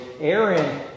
Aaron